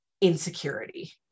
insecurity